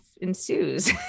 ensues